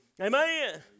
Amen